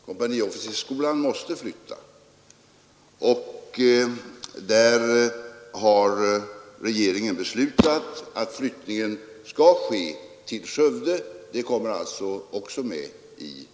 Kompaniofficersskolan måste flytta, och regeringen har beslutat att flyttningen skall ske till Skövde. Det kommer alltså också med i propositionen.